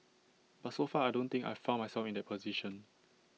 but so far I don't think I've found myself in that position